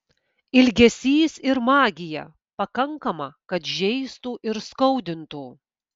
ilgesys ir magija pakankama kad žeistų ir skaudintų